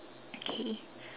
okay